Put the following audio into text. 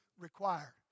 required